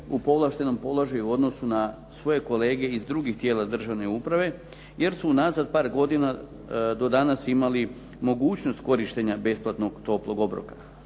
u povlaštenom položaju u odnosu na svoje kolege iz drugih tijela državne uprave, jer su unazad par godina do danas imali mogućnost korištenja besplatnog toplog obroka.